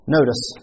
Notice